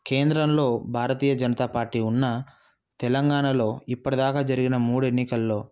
కేంద్రంలో భారతీయ జనతా పార్టీ ఉన్నా తెలంగాణలో ఇప్పుటిదాకా జరిగిన మూడు ఎన్నికల్లో